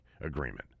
agreement